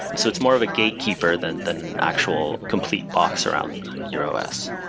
so it's more of a gatekeeper than than actual complete box around your os